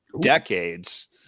decades